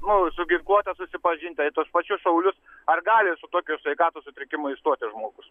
nu su ginkluote susipažint ar į tuos pačius šaulius ar gali su tokiu sveikatos sutrikimu įstoti žmogus